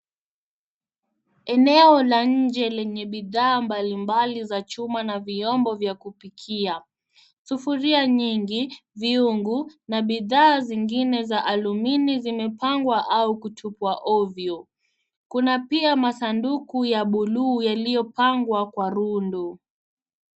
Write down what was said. Eneo la nje lenye bidhaa mbalimbali za chuma na viombo vya kupikia, sufuria nyingi, vyungu na bidhaa zingine za alumini zimepangwa au kutupwa ovyo. Kuna pia masanduku ya buluu yaliyopangwa kwa rundu.